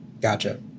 Gotcha